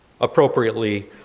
appropriately